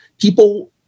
people